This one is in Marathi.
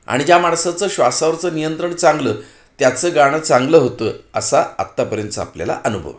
आणि ज्या माणसाचं श्वासावरचं नियंत्रण चांगलं त्याचं गाणं चांगलं होतं असा आत्तापर्यंतचा आपल्याला अनुभव